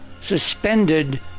suspended